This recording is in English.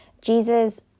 Jesus